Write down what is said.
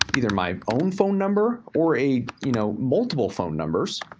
either my own phone number or a, you know, multiple phone numbers,